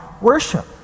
worship